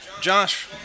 Josh